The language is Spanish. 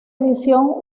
edición